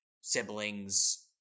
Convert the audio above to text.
siblings